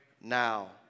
now